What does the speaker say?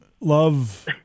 love